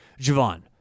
Javon